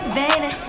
baby